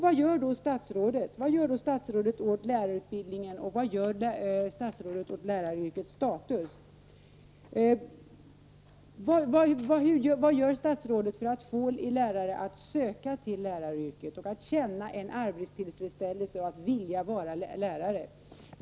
Vad gör då statsrådet för lärarutbildningen och för lärarnas yrkesstatus? Vad gör statsrådet för att få personer att söka till läraryrket, att känna arbetstillfredsställelse och att vilja vara lärare?